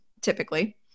typically